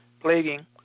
plaguing